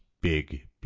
big